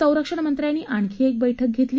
संरक्षणमंत्र्यांनी आणखी एक बैठक घेतली